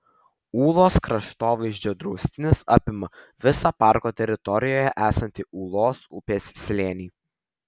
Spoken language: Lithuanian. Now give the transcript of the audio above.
ūlos kraštovaizdžio draustinis apima visą parko teritorijoje esantį ūlos upės slėnį